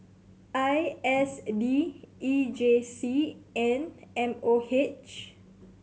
I S D E J C and M O H